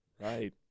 Right